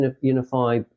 unify